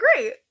great